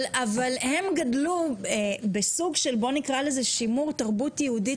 אבל הם גדלו בסוג של שימור תרבות יהודית